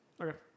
Okay